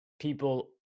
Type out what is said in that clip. people